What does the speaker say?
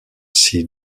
sea